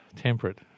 Temperate